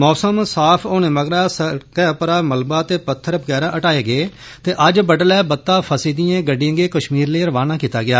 मौसम साफ होने मगरा सड़कै परां मलबा ते पत्थर बगैरा हटाए गे ते अज्ज बड्डलै बत्ता फसी दिए गड्डियें गी कश्मीर लेई रवाना कीता गेआ